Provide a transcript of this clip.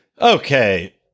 Okay